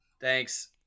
Thanks